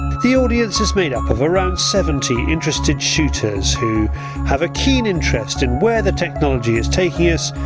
the audience is made up of around seventy interested shooters who have a keen interest in where the technology is taking us,